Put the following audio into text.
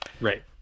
right